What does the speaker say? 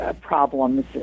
problems